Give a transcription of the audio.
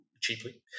cheaply